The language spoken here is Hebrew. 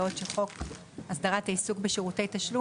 בעוד שחוק הסדרת העיסוק בשירותי תשלום